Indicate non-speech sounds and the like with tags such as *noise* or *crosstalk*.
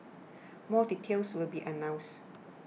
*noise* more details will be announced